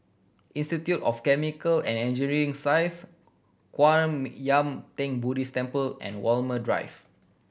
Institute of Chemical and Engineering Science Kwan Yam Theng Buddhist Temple and Walmer Drive